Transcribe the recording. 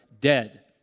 dead